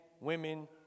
women